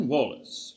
Wallace